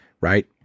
Right